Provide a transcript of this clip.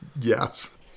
Yes